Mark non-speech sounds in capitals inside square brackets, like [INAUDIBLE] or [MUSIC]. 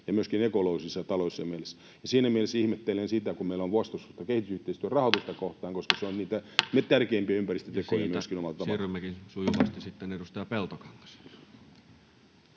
myöskin ekologisessa ja taloudellisessa mielessä. Siinä mielessä ihmettelen sitä, kun meillä on vastustusta kehitysyhteistyörahoitusta kohtaan, [NOISE] koska se on niitä tärkeimpiä ympäristötekoja omalla tavallaan. Siitä siirrymmekin sujuvasti. — Edustaja Peltokangas.